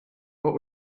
what